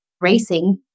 Racing